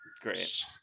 Great